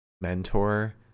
mentor